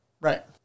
Right